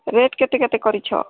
rate କେତେ କେତେ କରିଛ